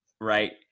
Right